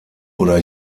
oder